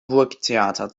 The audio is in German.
burgtheater